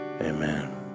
amen